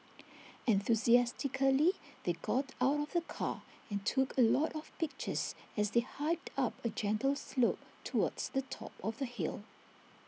enthusiastically they got out of the car and took A lot of pictures as they hiked up A gentle slope towards the top of the hill